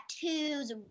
tattoos